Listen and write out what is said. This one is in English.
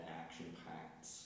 action-packed